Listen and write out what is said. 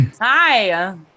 Hi